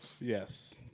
Yes